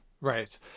Right